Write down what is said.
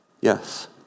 Yes